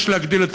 יש להגדיל את